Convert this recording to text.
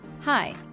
Hi